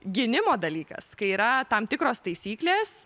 gynimo dalykas kai yra tam tikros taisyklės